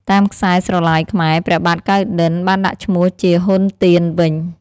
តាមខ្សែស្រឡាយខ្មែរ ព្រះបាទកៅណ្ឌិន្យបានដាក់ឈ្មោះជា ហ៊ុន ទៀន វិញ។